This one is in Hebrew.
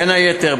בין היתר,